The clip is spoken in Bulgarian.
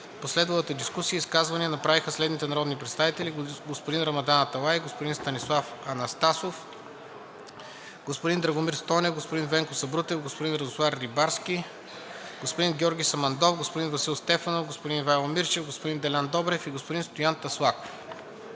последвалата дискусия изказвания направиха следните народни представители: господин Рамадан Аталай, господин Станислав Анастасов, господин Драгомир Стойнев, господин Венко Сабрутев, господин Радослав Рибарски, господин Георги Самандов, господин Васил Стефанов, господин Ивайло Мирчев, господин Делян Добрев и господин Стоян Таслаков.